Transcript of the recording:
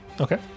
Okay